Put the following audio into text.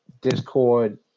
Discord